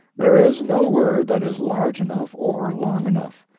there is no word that is large enough or long enough.